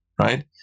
Right